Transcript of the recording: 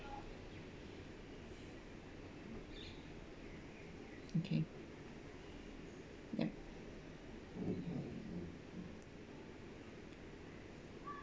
okay yup